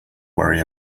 worry